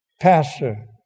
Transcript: Pastor